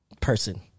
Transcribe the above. person